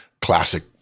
classic